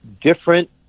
different